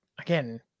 again